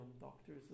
doctors